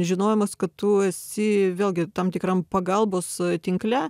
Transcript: žinojimas kad tu esi vėlgi tam tikram pagalbos tinkle